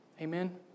Amen